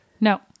No